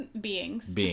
beings